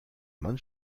man